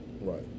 Right